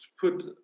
put